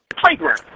playground